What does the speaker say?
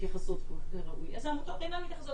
מתייחסות באופן ראוי ואיזה עמותות אינן מתייחסות